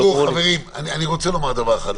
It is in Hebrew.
חברים, אני רוצה לומר דבר אחד.